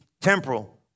temporal